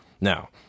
Now